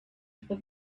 for